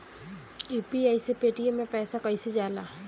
UPI से Paytm मे पैसा कइसे जाला?